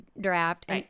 draft